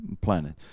planet